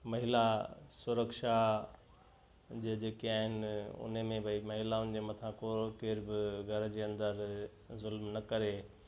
महिला सुरक्षा जे जेके आहिनि उन में भई महिलाउनि जे मथां को केर बि घर जे अंदरि ज़ुल्म न करे